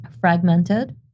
fragmented